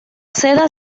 seda